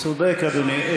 צודק אדוני.